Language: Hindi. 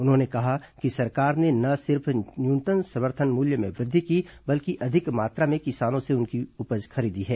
उन्होंने कहा कि सरकार ने न सिर्फ न्यूनतम समर्थन मूल्य में वृद्वि की बल्कि अधिक मात्रा में किसानों से उनकी उपज खरीदी है